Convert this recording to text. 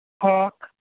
talk